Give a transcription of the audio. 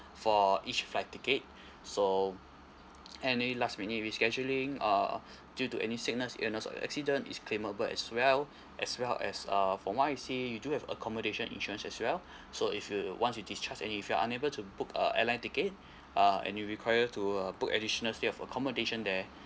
for each flight ticket so any last minute rescheduling uh due to any sickness illness or accident is claimable as well as well as uh from what I see you do have accommodation insurance as well so if you once you discharge and if you're unable to book a airline ticket uh and you require to uh book additional fee of accommodation there